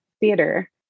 theater